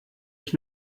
ich